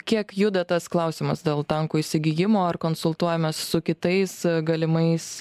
kiek juda tas klausimas dėl tankų įsigijimo ar konsultuojamės su kitais galimais